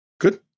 Good